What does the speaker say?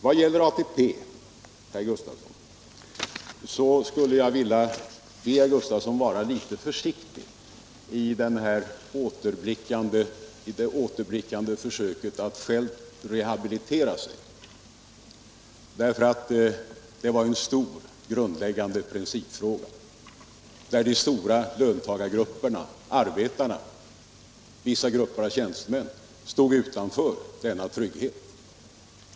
Vad gäller ATP vill jag be herr Gustavsson vara litet försiktig när han blickar tillbaka för att försöka rehabilitera sig själv. ATP-striden gällde en grundläggande principfråga. De stora löntagargrupperna — arbetarna och vissa grupper av tjänstemän — stod utan tjänstepension.